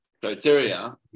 criteria